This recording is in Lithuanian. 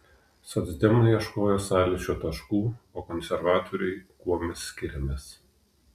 socdemai ieškojo sąlyčio taškų o konservatoriai kuo mes skiriamės